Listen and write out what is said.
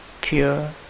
pure